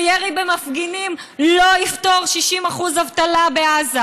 ירי במפגינים לא יפתור 60% אבטלה בעזה,